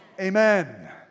amen